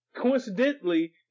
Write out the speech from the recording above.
coincidentally